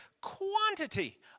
quantity